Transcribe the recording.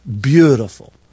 beautiful